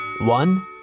one